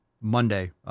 Monday